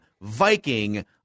Viking